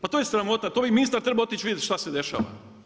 Pa to je sramota, to bi ministar trebao otići vidjeti šta se dešava.